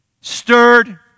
stirred